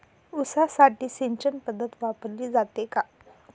ऊसासाठी सिंचन पद्धत वापरली जाते का?